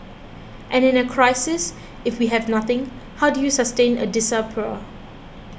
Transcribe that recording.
and in a crisis if we have nothing how do you sustain a diaspora